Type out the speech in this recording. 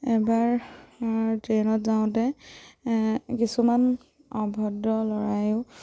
এবাৰ ট্ৰেইনত যাওঁতে কিছুমান অভদ্ৰ ল'ৰাইও